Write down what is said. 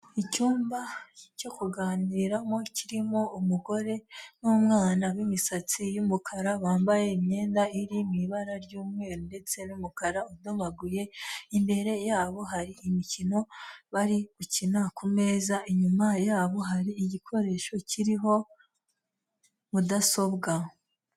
Icyumba cyo kuganiriramo kirimo umugore, n'umwana b'imisatsi y'umukara bambaye imyenda iri mu ibara ry'umweru ndetse n'umukara udobaguye, imbere yabo hari imikino, bari gukina ku meza inyuma yabo hari igikoresho kiriho mudasobwa.